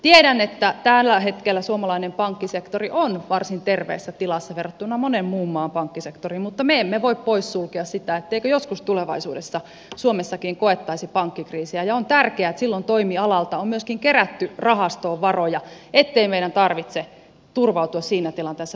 tiedän että tällä hetkellä suomalainen pankkisektori on varsin terveessä tilassa verrattuna monen muun maan pankkisektoriin mutta me emme voi poissulkea sitä etteikö joskus tulevaisuudessa suomessakin koettaisi pankkikriisiä ja on tärkeää että silloin toimialalta on myöskin kerätty rahastoon varoja ettei meidän tarvitse turvautua siinä tilanteessa veronmaksajien kukkaroon